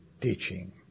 teaching